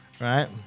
Right